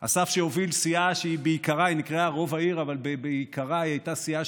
אסף הוביל סיעה שנקראה "רוב העיר" אבל בעיקרה הייתה סיעה